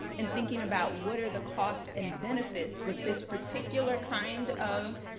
in thinking about what are the costs and benefits with this particular kind of